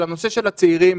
לנושא של הצעירים.